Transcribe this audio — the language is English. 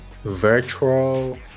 virtual